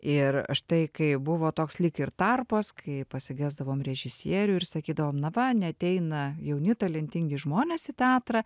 ir štai kai buvo toks lyg ir tarpas kai pasigesdavom režisierių ir sakydavom na va neateina jauni talentingi žmonės į teatrą